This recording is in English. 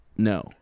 No